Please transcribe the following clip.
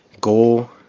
goal